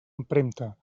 empremta